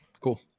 cool